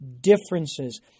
differences